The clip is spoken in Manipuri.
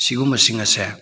ꯁꯤꯒꯨꯝꯕꯁꯤꯡ ꯑꯁꯦ